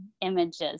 images